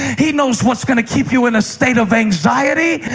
he knows what's going to keep you in a state of anxiety.